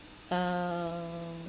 um